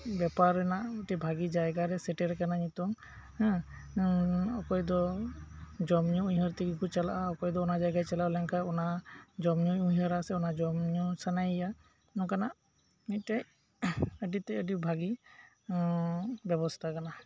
ᱵᱮᱯᱟᱨ ᱨᱮᱭᱟᱜ ᱢᱤᱫᱴᱮᱱ ᱵᱷᱟᱹᱜᱤ ᱡᱟᱭᱜᱟᱨᱮ ᱥᱮᱴᱮᱨ ᱟᱠᱟᱱᱟ ᱱᱤᱛᱚᱝ ᱦᱚᱸ ᱚᱠᱚᱭ ᱫᱚ ᱡᱚᱢ ᱧᱩ ᱩᱭᱦᱟᱹᱨ ᱛᱮᱜᱮ ᱠᱚ ᱪᱟᱞᱟᱜᱼᱟ ᱚᱠᱚᱭ ᱫᱚ ᱚᱱᱟ ᱡᱟᱭᱜᱟᱭ ᱪᱟᱞᱟᱣ ᱞᱮᱱᱠᱷᱟᱱ ᱚᱱᱟ ᱡᱚᱢᱧᱩᱭ ᱩᱭᱦᱟᱹᱨᱟ ᱥᱮ ᱡᱚᱢᱧᱩ ᱥᱟᱱᱟᱭᱮᱭᱟ ᱱᱚᱝᱠᱟᱱᱟᱜ ᱢᱤᱫᱴᱮᱱᱟᱹᱰᱤᱛᱮᱫ ᱟᱹᱰᱤ ᱵᱷᱟᱹᱜᱤᱵᱮᱵᱚᱥᱛᱟ ᱠᱟᱱᱟ